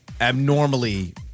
abnormally